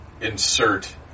insert